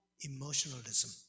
emotionalism